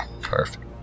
perfect